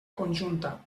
conjunta